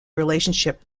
relationship